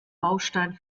baustein